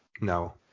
No